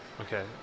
Okay